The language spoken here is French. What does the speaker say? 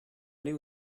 allés